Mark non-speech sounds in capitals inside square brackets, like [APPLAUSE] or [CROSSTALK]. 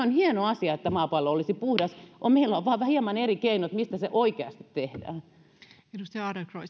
[UNINTELLIGIBLE] on hieno asia että maapallo olisi puhdas meillä on vain hieman eri keinot miten se oikeasti tehdään arvoisa